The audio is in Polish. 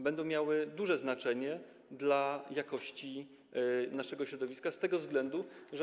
Będą one miały duże znaczenie dla jakości naszego środowiska z tego względu, że.